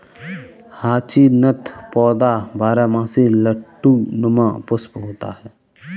hyacinth पौधा बारहमासी लट्टू नुमा पुष्प होता है